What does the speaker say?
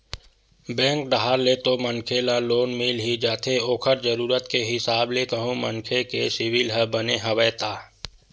bank डाहर ले तो मनखे ल लोन मिल ही जाथे ओखर जरुरत के हिसाब ले कहूं मनखे के सिविल ह बने हवय ता